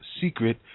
secret